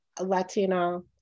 latino